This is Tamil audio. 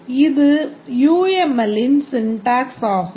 இது UMLலின் syntax ஆகும்